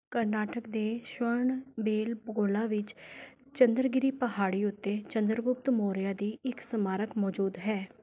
ਕਰਨਾਟਕ ਦੇ ਸ਼੍ਰਵਣਬੇਲਗੋਲਾ ਵਿੱਚ ਚੰਦਰਗਿਰੀ ਪਹਾੜੀ ਉੱਤੇ ਚੰਦਰਗੁਪਤ ਮੌਰੀਆ ਦਾ ਇੱਕ ਸਮਾਰਕ ਮੌਜੂਦ ਹੈ